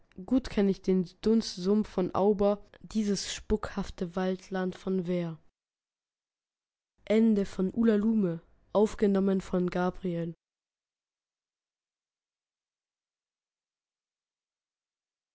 gut kenn ich den dunstsumpf von auber dieses spukhafte waldland von weir